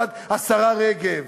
השרה רגב,